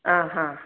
ആ ആ